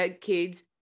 kids